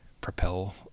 propel